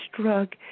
drug